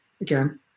Again